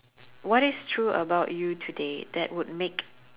what is true about you today that would make